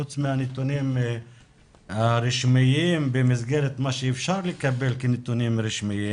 חוץ מהנתונים הרשמיים במסגרת מה שאפשר לקבל כנתונים רשמיים.